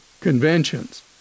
conventions